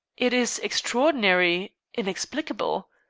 it is extraordinary inexplicable!